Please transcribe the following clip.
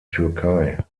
türkei